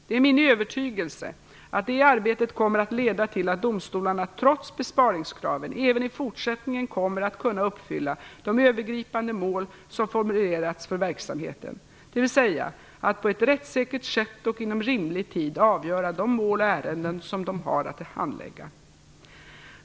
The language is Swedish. Det är min övertygelse att det arbetet kommer att leda till att domstolarna trots besparingskraven även i fortsättningen kommer att kunna uppfylla de övergripande mål som formulerats för verksamheten, dvs. att på ett rättssäkert sätt och inom rimlig tid avgöra de mål och ärenden som de har att handlägga.